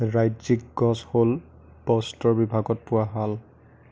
ৰাজ্যিক গছ হ'ল বস্ত্ৰ বিভাগত পোৱা শাল